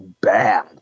bad